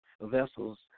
vessels